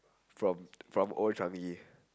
from from Old changi